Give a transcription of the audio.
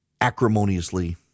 acrimoniously